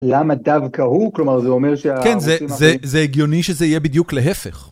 למה דווקא הוא כלומר זה אומר שזה הגיוני שזה יהיה בדיוק להפך.